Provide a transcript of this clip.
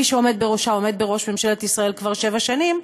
מי שעומד בראשה עומד בראש ממשלת ישראל כבר שבע שנים,